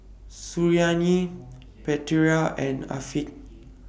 Suriani Putera and Afiq